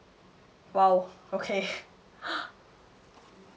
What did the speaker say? !wow! okay